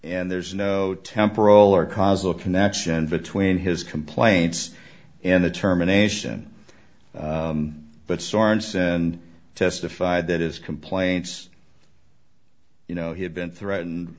and there's no temporal or cause or connection between his complaints and the terminations but sorenson and testified that his complaints you know he had been threatened